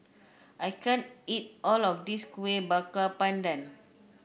I can't eat all of this Kueh Bakar Pandan